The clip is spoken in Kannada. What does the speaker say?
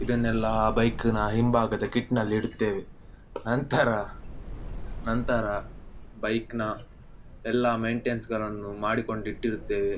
ಇದನ್ನೆಲ್ಲಾ ಬೈಕಿನ ಹಿಂಭಾಗದ ಕಿಟ್ಟಿನಲ್ಲಿ ಇಡುತ್ತೇವೆ ನಂತರ ನಂತರ ಬೈಕಿನ ಎಲ್ಲಾ ಮೆಂಟೈನ್ಸ್ಗಳನ್ನು ಮಾಡಿಕೊಂಡು ಇಟ್ಟಿರುತ್ತೇವೆ